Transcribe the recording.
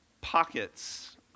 pockets